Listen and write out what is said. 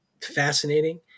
fascinating